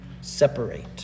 separate